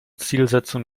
zielsetzung